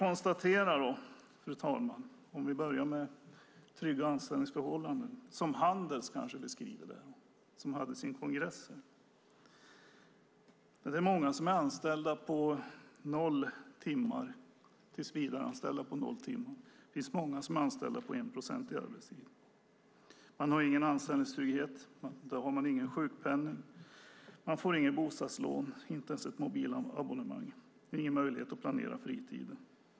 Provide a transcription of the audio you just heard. Om vi börjar med trygga anställningsförhållanden, som Handels kanske beskriver det - de hade sin kongress nu - kan vi konstatera, fru talman, att det är många som är tillsvidareanställda på noll timmar. Det finns många som är anställda på enprocentig arbetstid. Man har ingen anställningstrygghet och ingen sjukpenning, man får inget bostadslån och inte ens ett mobilabonnemang. Man har ingen möjlighet att planera fritiden.